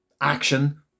action